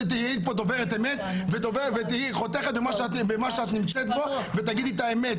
תהיה פה דוברת אמת ותהיה חותכת במה שאת נמצאת פה ותגידי את האמת,